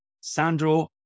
Sandro